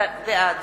בעד